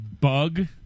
bug